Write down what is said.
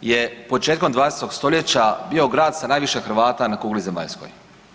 je početkom 20. st. bio grad sa najviše Hrvata na kugli zemaljskoj?